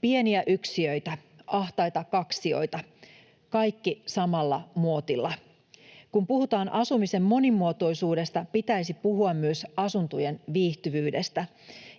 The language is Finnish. pieniä yksiöitä, ahtaita kaksioita, kaikki samalla muotilla? Kun puhutaan asumisen monimuotoisuudesta, pitäisi puhua myös asuntojen viihtyvyydestä.